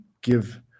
give